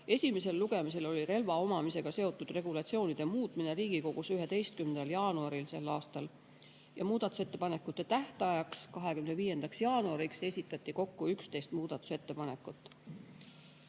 Esimesel lugemisel oli relva omamisega seotud regulatsioonide muutmine Riigikogus 11. jaanuaril selle aastal. Muudatusettepanekute tähtajaks, 25. jaanuariks esitati kokku 11 muudatusettepanekut.